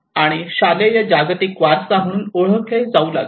आणि शालेय जागतिक वारसा म्हणून ओळखले जाऊ लागले